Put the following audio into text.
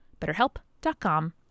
betterhelp.com